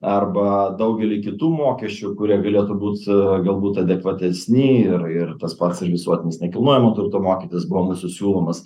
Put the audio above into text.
arba daugelį kitų mokesčių kurie galėtų būt su galbūt adekvatesni ir ir tas pats visuotinis nekilnojamo turto mokytis buvo mūsų siūlomas